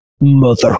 Mother